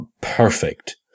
perfect